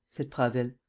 said prasville.